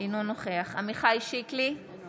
אינו נוכח עמיחי שיקלי, אינו